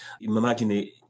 Imagine